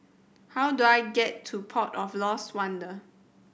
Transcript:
how do I get to Port of Lost Wonder